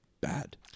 bad